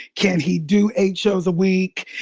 can he do eight shows a week?